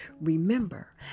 Remember